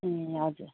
ए हजुर